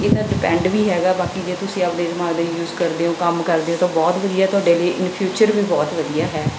ਇਹਦਾ ਡਪੈਂਡ ਵੀ ਹੈਗਾ ਬਾਕੀ ਜੇ ਤੁਸੀਂ ਆਪਣੇ ਦਿਮਾਗ ਦੇ ਯੂਜ ਕਰਦੇ ਹੋ ਕੰਮ ਕਰਦੇ ਹੋ ਤਾਂ ਬਹੁਤ ਵਧੀਆ ਤੁਹਾਡੇ ਲਈ ਇਨ ਫਿਊਚਰ ਵੀ ਬਹੁਤ ਵਧੀਆ ਹੈ